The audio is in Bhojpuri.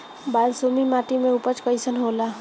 बालसुमी माटी मे उपज कईसन होला?